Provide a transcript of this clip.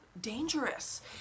dangerous